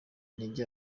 intege